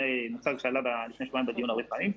זה מצב שעלה לפני שבועיים בדיון הרבה פעמים,